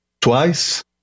twice